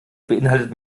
beinhaltet